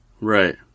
right